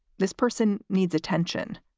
this person needs attention.